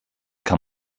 kann